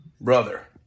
Brother